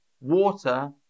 water